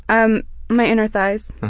um my inner thighs.